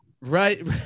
Right